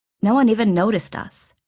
no one even noticed us.